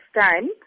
time